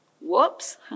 Whoops